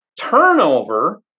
Turnover